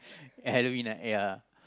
Halloween ah ya